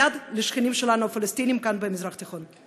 יד לשכנים שלנו הפלסטינים כאן במזרח התיכון.